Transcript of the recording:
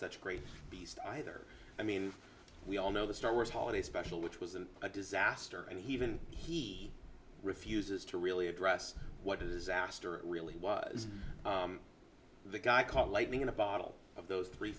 such great beast either i mean we all know the star wars holiday special which was in a disaster and he even he refuses to really address what disaster really was the guy caught lightning in a bottle of those three